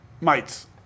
Mites